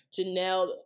Janelle